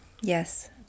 Yes